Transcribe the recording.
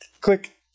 click